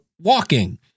walking